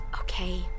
Okay